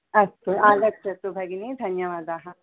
अस्तु आगच्छतु भगिनी धन्यवादाः